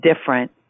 different